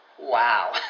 wow